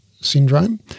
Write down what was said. syndrome